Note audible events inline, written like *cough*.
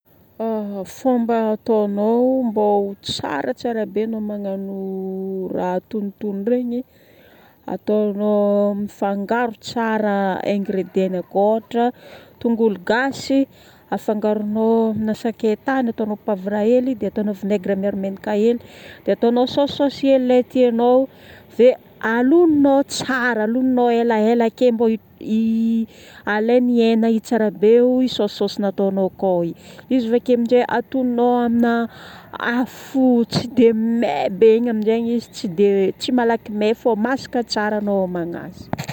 Fomba ataonao mbô ho tsaratsara be anao magnano raha atonotono regny, ataonao mifangaro tsara ingrédient-nao. Ôhatra, tongolo gasy afangaronao amina sakaitany, ataonao poivre hely dia ataonao vinaigre miharo menaka hely, dia ataonao saosisaosy ilay tianao. Ave alominao tsara aloha, alominao elaela kely mbô hi *hesitation* alaigna i hena i tsara be io i saosisaosy nataonao akao igny. Izy vake amin'izay atononao amina afo tsy dia may be igny amin'izay izy tsy dia- tsy malaky may fô masaka tsara anao homagna azy.